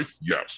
Yes